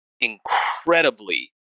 incredibly